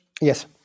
Yes